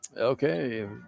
Okay